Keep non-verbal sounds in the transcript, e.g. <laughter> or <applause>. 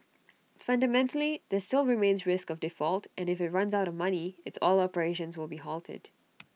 fundamentally there still remains risk of default and if IT runs out of money its oil operations will be halted <noise>